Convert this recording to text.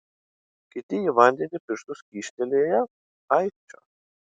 kiti į vandenį pirštus kyštelėję aikčios